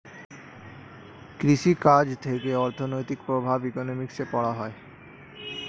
কৃষি কাজ থেকে অর্থনৈতিক প্রভাব ইকোনমিক্সে পড়া হয়